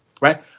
Right